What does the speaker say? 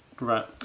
Right